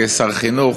כשר חינוך,